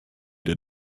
der